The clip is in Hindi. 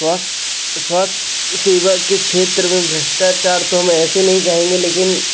स्वास्ठ्स स्वास्थ्य सेवा के क्षेत्र में भ्रष्टाचार तो हम ऐसे नहीं कहेंगे लेकिन